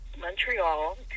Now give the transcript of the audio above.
Montreal